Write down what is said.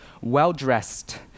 well-dressed